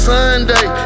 Sunday